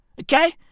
Okay